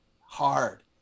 hard